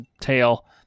tail